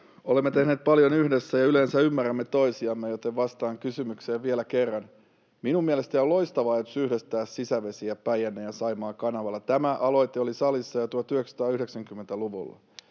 olemme tehneet paljon yhdessä ja yleensä ymmärrämme toisiamme, joten vastaan kysymykseenne vielä kerran: Minun mielestäni on loistava ajatus yhdistää sisävesiä Päijänne—Saimaan kanavalla. Tämä aloite oli salissa jo 1990-luvulla.